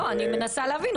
לא, אני מנסה להבין.